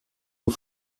aux